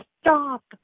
Stop